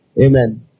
Amen